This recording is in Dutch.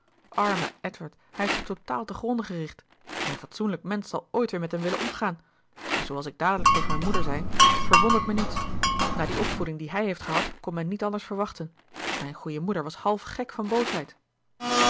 arme edward hij heeft zich totaal te gronde gericht geen fatsoenlijk mensch zal ooit weer met hem willen omgaan maar zooals ik dadelijk tegen mijn moeder zei t verwondert me niets na die opvoeding die hij heeft gehad kon men niet anders verwachten mijn goeie moeder was half gek van boosheid